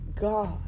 God